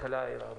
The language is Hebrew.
להעיר הערות.